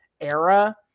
era